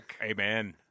Amen